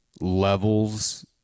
levels